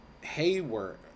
hayward